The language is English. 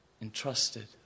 entrusted